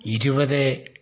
ഇരുപത്